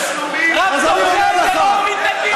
רק תומכי טרור מתנגדים לחוק הזה.